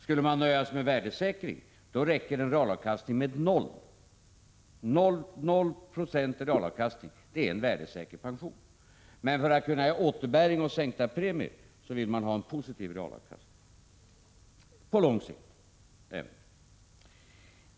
Skulle man nöja sig med värdesäkringen, räcker det med en realavkastning på 0 70. Det räcker för att värdesäkra pensionerna. Men för att kunna ge återbäring och sänka premierna vill man ha en positiv realavkastning på lång sikt.